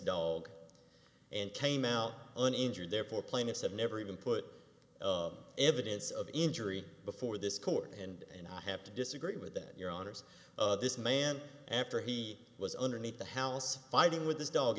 dog and came out an injured therefore plaintiffs have never even put of evidence of injury before this court and i have to disagree with that your honour's this man after he was underneath the house fighting with his dog